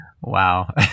Wow